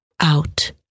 out